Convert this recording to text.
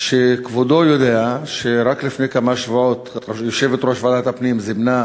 שכבודו יודע שרק לפני כמה שבועות יושבת-ראש ועדת הפנים זימנה